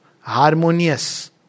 harmonious